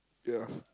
ya